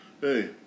hey